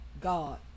God